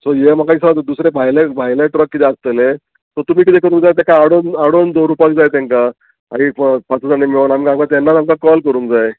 so हे म्हाका दिसता दुसरे भायले भायले ट्रक किदें आसतले सो तुमी किदें करूंक जाय तेका आडोवन आडोवन दवरुपाक जाय तेंका आनी पांच जाण मेळोन आमकां तेन्नाच आमकां कॉल करूंक जाय